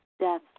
death